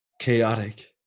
chaotic